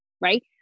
right